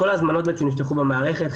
כל ההזמנות נפתחו במערכת,